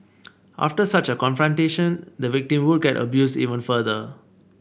after such a confrontation the victim would get abused even further